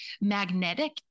magnetic